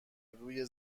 روی